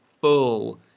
full